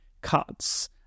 cuts